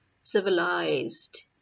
civilized